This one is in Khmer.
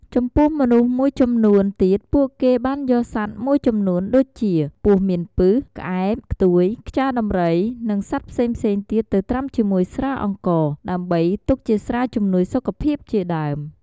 ចំពោះមនុស្សមួយចំនួនទៀតពួកគេបានយកសត្វមួយចំនួនដួចជា ពស់មានពិស ក្អែប ខ្ទួយ ខ្យាដំរី និងសត្វផ្សេងៗទៀតទៅត្រាំជាមួយស្រាអង្ករ ដើម្បីទុកជាស្រាជំនួយសុខភាពជាដើម។